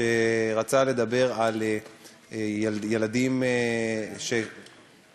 שרצה לדבר על ילדים